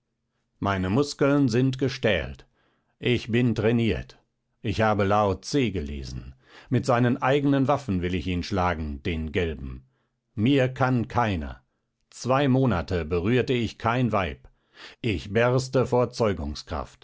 meine muskeln sind gestählt ich bin trainiert ich habe laotse gelesen mit seinen eigenen waffen will ich ihn schlagen den gelben mir kann keiner zwei monate berührte ich kein weib ich berste vor